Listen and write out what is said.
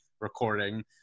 recording